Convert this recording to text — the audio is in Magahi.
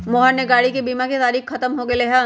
मोहन के गाड़ी के बीमा के तारिक ख़त्म हो गैले है